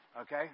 okay